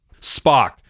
Spock